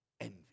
Envy